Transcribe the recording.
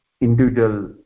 individual